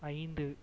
ஐந்து